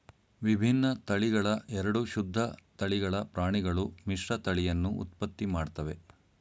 ವಿಭಿನ್ನ ತಳಿಗಳ ಎರಡು ಶುದ್ಧ ತಳಿಗಳ ಪ್ರಾಣಿಗಳು ಮಿಶ್ರತಳಿಯನ್ನು ಉತ್ಪತ್ತಿ ಮಾಡ್ತವೆ